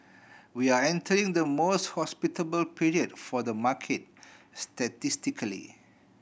we are entering the most hospitable period for the market statistically